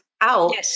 out